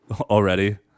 already